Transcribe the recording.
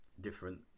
different